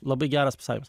labai geras pasakymas